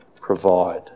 provide